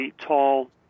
tall